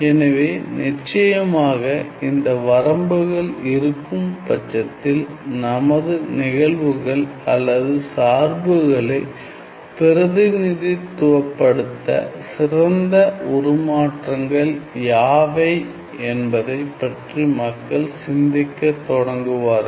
எனவே நிச்சயமாக இந்த வரம்புகள் இருக்கும் பட்சத்தில் நமது நிகழ்வுகள் அல்லது சார்புகளை பிரதிநிதித்துவப்படுத்த சிறந்த உருமாற்றங்கள் யாவை என்பதைப் பற்றி மக்கள் சிந்திக்க தொடங்குவார்கள்